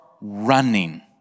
running